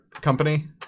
company